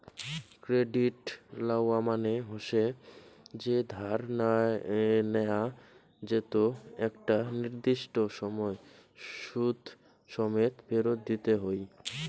credit লওয়া মানে হসে যে ধার নেয়া যেতো একটা নির্দিষ্ট সময় সুদ সমেত ফেরত দিতে হই